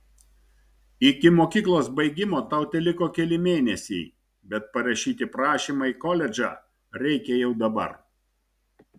iki mokyklos baigimo tau teliko keli mėnesiai bet parašyti prašymą į koledžą reikia jau dabar